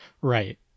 Right